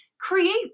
create